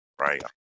right